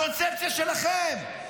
הקונספציה שלכם,